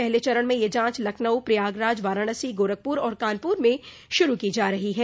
पहले चरण में यह जांच लखनऊ प्रयागराज वाराणसी गोरखपुर और कानपुर में शुरू की जा रही है